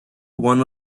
one